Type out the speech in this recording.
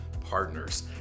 Partners